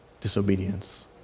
disobedience